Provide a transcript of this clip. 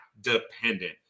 dependent